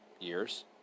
years